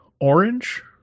orange